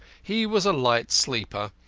he was a light sleeper,